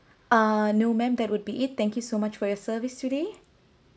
uh no ma'am that would be it thank you so much for your service today